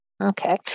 Okay